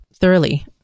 thoroughly